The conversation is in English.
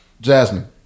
Jasmine